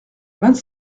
vingt